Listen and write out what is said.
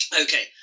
okay